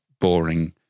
boring